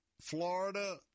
Florida